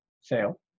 sale